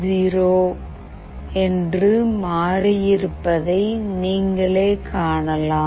60 மாறியிருப்பதை நீங்கள் காணலாம்